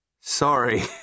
Sorry